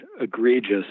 egregious